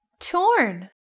torn